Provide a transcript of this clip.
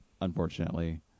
unfortunately